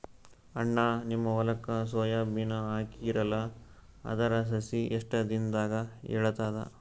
ಅಣ್ಣಾ, ನಿಮ್ಮ ಹೊಲಕ್ಕ ಸೋಯ ಬೀನ ಹಾಕೀರಲಾ, ಅದರ ಸಸಿ ಎಷ್ಟ ದಿಂದಾಗ ಏಳತದ?